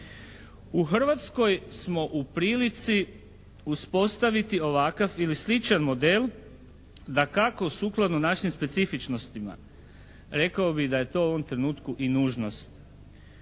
U Hrvatskoj smo u prilici uspostaviti ovakav ili sličan model, dakako, sukladno našim specifičnostima. Rekao bi da je to u ovom trenutku i nužnost.